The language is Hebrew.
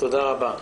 תודה רבה.